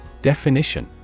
Definition